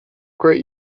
great